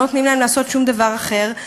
לא נותנים להם לעשות שום דבר אחר,